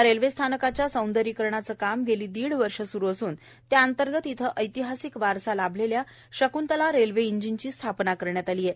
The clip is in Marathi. या रेल्वेस्थानकाच्या सौंदर्यीकरणाचं काम गेली दीड वर्ष स्रू असून त्याअंतर्गत इथं ऐतिहासिक वारसा लाभलेल्या शक्ंतला रेल्वे इंजिनची स्थापना करण्यात आली आहे